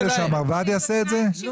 אתה רוצה שהמרב"ד יעשה את זה?